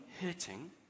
hurting